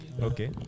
Okay